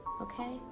Okay